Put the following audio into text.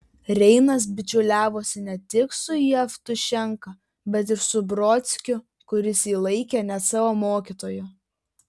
reinas bičiuliavosi ne tik su jevtušenka bet ir su brodskiu kuris jį laikė net savo mokytoju